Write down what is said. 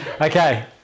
Okay